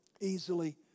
easily